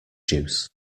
juice